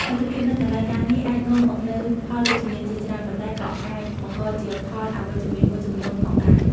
មិត្តភាពនៅកន្លែងការងារអាចនាំមកនូវផលវិជ្ជមានជាច្រើន ប៉ុន្តែក៏អាចបង្កជាផលអវិជ្ជមានមួយចំនួនផងដែរ។